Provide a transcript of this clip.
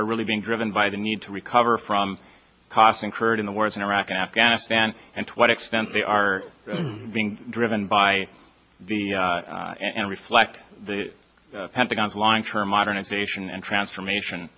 are really being driven by the need to recover from cost incurred in the wars in iraq and afghanistan and to what extent they are being driven by the and reflect the pentagon's long term modernization and transformation